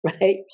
right